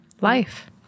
life